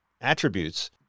attributes